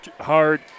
hard